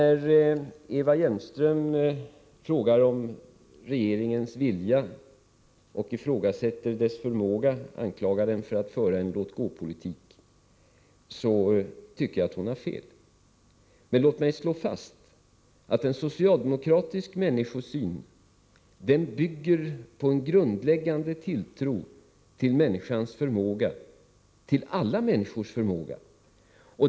När Eva Hjelmström ifrågasätter regeringens vilja och förmåga och anklagar den för att föra en låt-gå-politik, tycker jag att hon har fel. Låt mig slå fast att en socialdemokratisk människosyn bygger på en grundläggande tilltro till människans förmåga, till alla människors förmåga.